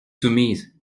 soumise